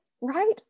right